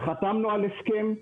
חתמנו על הסכם.